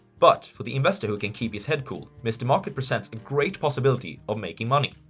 but for the investor who can keep his head cool, mr. market presents a great possibility of making money,